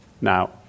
Now